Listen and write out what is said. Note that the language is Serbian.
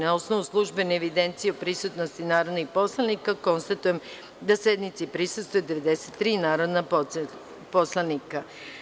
Na osnovu službene evidencije o prisutnosti narodnih poslanika, konstatujem da sednici prisustvuje 93 narodna poslanika.